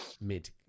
mid